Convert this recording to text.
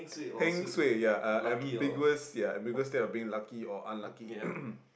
heng suay ya uh ambiguous ya ambiguous state of being lucky or unlucky